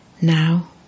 Now